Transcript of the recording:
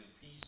peace